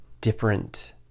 different